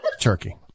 turkey